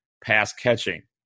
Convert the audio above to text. pass-catching